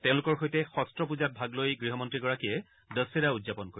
তেওঁলোকৰ সৈতে শব্ন পূজাত ভাগ লৈ গৃহ মন্ত্ৰীগৰাকীয়ে দছেৰা উদযাপন কৰিব